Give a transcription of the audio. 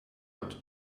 not